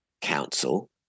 council